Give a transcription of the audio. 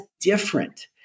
different